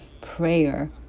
prayer